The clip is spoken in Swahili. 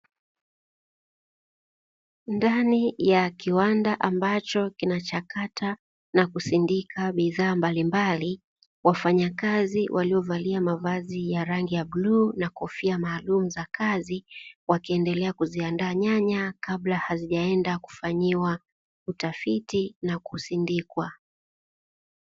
Ndani ya kiwanda ambacho kinachakata na kusindika bidhaa mbalimbali, wafanyakazi walio valiaa mawazi ya rangi ya bluu na kofia maalumu za kazi, wakiendelea kuziandaa nyanya kabla hazijaenda kufanyiwa utafiti na kusindikwa.